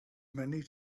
many